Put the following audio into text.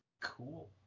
cool